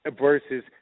versus